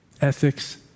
ethics